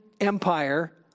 Empire